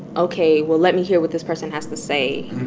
ok, well, let me hear what this person has to say.